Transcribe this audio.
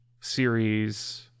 series